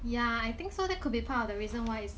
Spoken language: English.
yeah I think so that could be a part of the reason why is